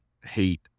hate